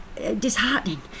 disheartening